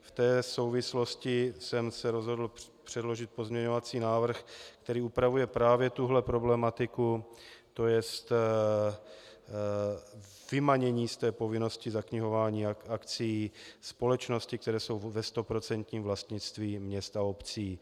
V té souvislosti jsem se rozhodl předložit pozměňovací návrh, který upravuje právě tuhle problematiku, tj. vymanění z povinnosti zaknihování akcií společností, které jsou ve stoprocentním vlastnictví měst a obcí.